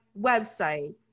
website